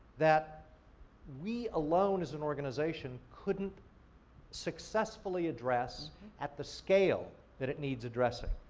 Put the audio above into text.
that we alone as an organization couldn't successfully address at the scale that it needs addressing.